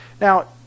now